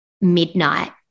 midnight